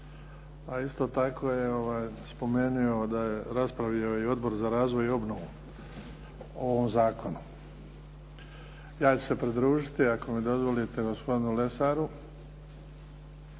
a isto tako je spomenuo da je raspravio Odbor za razvoj i obnovu o ovom zakonu. Ja ću se pridružiti ako mi dozvolite gospodinu Lesaru